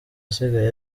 asigaye